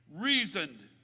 reasoned